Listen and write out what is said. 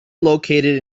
located